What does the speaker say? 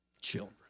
children